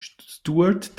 stuart